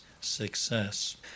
success